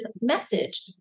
message